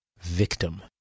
victim